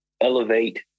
elevate